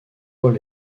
paul